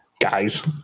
Guys